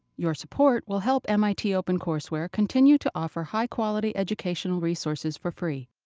your support will help mit opencourseware continue to offer high quality educational resources for free.